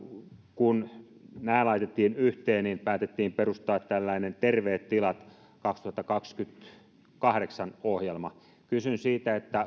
kun nämä laitettiin yhteen päätettiin perustaa tällainen terveet tilat kaksituhattakaksikymmentäkahdeksan ohjelma kysyn siitä